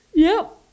ya